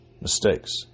mistakes